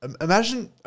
imagine –